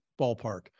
ballpark